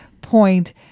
point